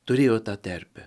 turėjo tą terpę